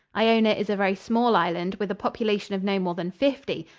iona is a very small island, with a population of no more than fifty,